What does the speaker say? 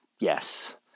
Yes